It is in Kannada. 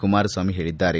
ಕುಮಾರಸ್ವಾಮಿ ಹೇಳಿದ್ದಾರೆ